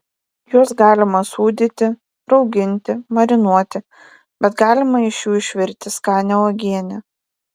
juos galima sūdyti rauginti marinuoti bet galima iš jų išvirti skanią uogienę